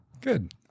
Good